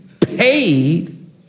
paid